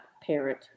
parent